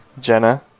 Jenna